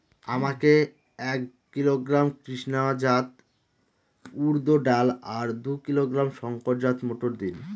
আমাকে এক কিলোগ্রাম কৃষ্ণা জাত উর্দ ডাল আর দু কিলোগ্রাম শঙ্কর জাত মোটর দিন?